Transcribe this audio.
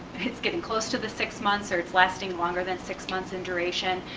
it's getting close to the six months or it's lasting longer than six months in duration.